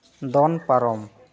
ᱫᱚᱱ ᱯᱟᱨᱚᱢ